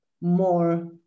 more